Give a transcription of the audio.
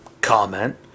comment